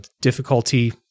difficulty